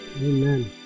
amen